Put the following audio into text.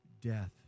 death